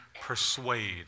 persuade